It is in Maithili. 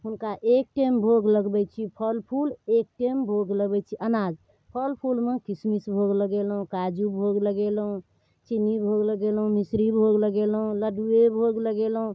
हुनका एक टाइम भोग लगबै छी फलफूल एक टाइम भोग लगबै छी अनाज फलफूलमे किसमिश भोग लगेलहुँ काजू भोग लगेलहुँ चिन्नी भोग लगेलहुँ मिसरी भोग लगेलहुँ लड्डुए भोग लगेलहुँ